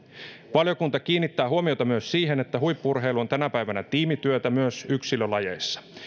valiokunta kiinnittää huomiota myös siihen että huippu urheilu on tänä päivänä tiimityötä myös yksilölajeissa